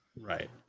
Right